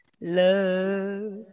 Love